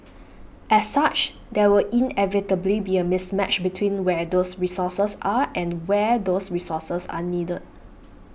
as such there will inevitably be a mismatch between where those resources are and where those resources are needed